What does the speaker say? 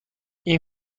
این